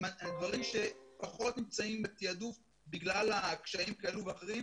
הם דברים שפחות נמצאים בתעדוף בגלל הקשיים שעלו ואחרים,